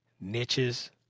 niches